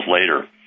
later